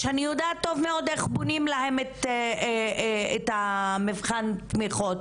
שאני יודעת טוב מאוד איך בונים להם את מבחן התמיכה,